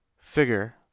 figure